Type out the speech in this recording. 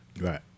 Right